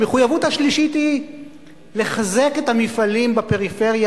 המחויבות השלישית היא לחזק את המפעלים בפריפריה,